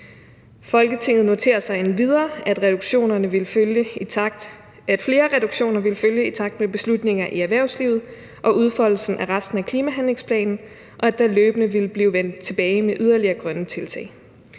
Folketinget noterer sig endvidere, at flere reduktioner vil følge i takt med beslutninger i erhvervslivet og udfoldelsen af resten af klimahandlingsplanen, og at der løbende vil blive vendt tilbage med yderligere grønne tiltag.